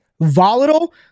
volatile